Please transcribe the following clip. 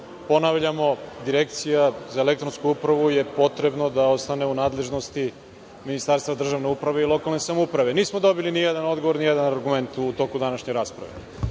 Ponavljamo, Direkcija za elektronsku upravu je potrebno da ostane u nadležnosti Ministarstva državne uprave i lokalne samouprave. Nismo dobili nijedan odgovor, nijedan argument u toku današnje rasprave.